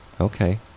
okay